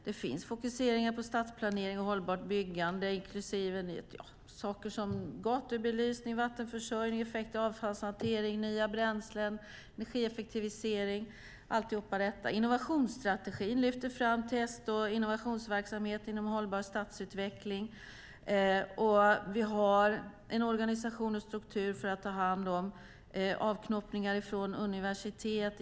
Det finns fokuseringar på stadsplanering och hållbart byggande, inklusive saker som gatubelysning, vattenförsörjning, effekt och avfallshantering, nya bränslen, energieffektivisering - alltihopa detta. Innovationsstrategin lyfter fram test och innovationsverksamhet inom hållbar stadsutveckling. Och vi har en organisation och struktur för att ta hand om avknoppningar från universitet.